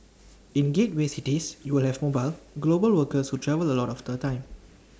in gateway cities you will have mobile global workers who travel A lot of the time